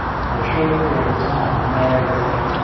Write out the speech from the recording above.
for a short period of time we know everything,